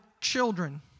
children